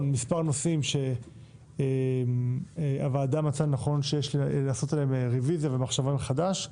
כמה נושאים שהוועדה מצאה לנכון שיש לעשות עליהם רביזיה ומחשבה מחדש,